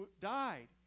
died